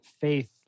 faith